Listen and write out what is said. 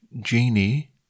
genie